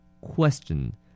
Question